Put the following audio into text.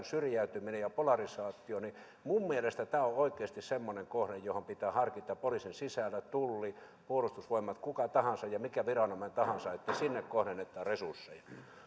syrjäytyminen ja polarisaatio niin minun mielestäni tämä on oikeasti semmoinen kohde johon pitää harkita poliisin sisällä tulli puolustusvoimat kuka tahansa ja mikä viranomainen tahansa että sinne kohdennetaan resursseja